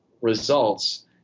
results